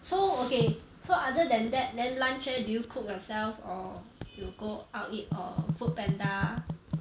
so okay so other than that then lunch leh do you cook yourself or you go out eat or Foodpanda